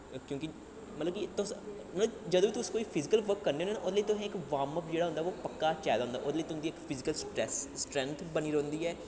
क्योंकि मतलब कि तुस मतलब जदूं बी तुस कोई फिजिकल वर्क करने होन्ने नी ओह्दे लेई तुसें इक वार्मअप ओह् पक्का चाहिदा होंदा ओह्दे नै तुं'दी इक फिजिकल स्ट्रैंथ बनी रौंह्दी ऐ